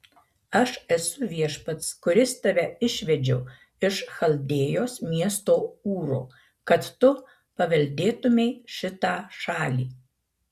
aš esu viešpats kuris tave išvedžiau iš chaldėjos miesto ūro kad tu paveldėtumei šitą šalį